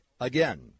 Again